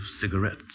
cigarettes